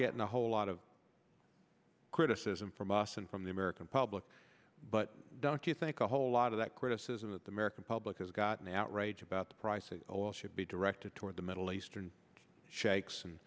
getting a whole lot of criticism from us and from the american public but do you think a whole lot of that criticism that the american public has gotten outrage about the price of oil should be directed toward the middle eastern shakes and